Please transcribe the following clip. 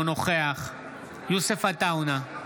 אינו נוכח יוסף עטאונה,